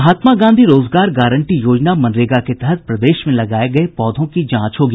महात्मा गांधी रोजगार गाटंरी योजना मनरेगा के तहत प्रदेश में लगाये गये पौधों की जांच होगी